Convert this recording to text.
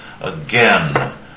Again